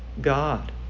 God